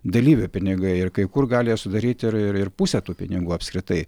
dalyvių pinigai ir kai kur gali jie sudaryti ir ir pusę tų pinigų apskritai